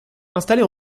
installée